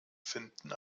finden